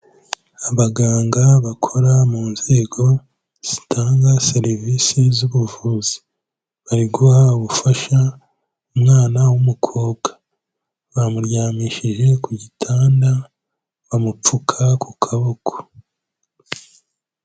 Abaganga bakora mu nzego zitanga serivise zubuvuzi, bari guha ubufasha umwana w'umukobwa, bamuryamishije ku gitanda bamupfuka ku kaboko.